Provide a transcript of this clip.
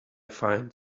find